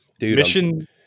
Mission